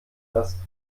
das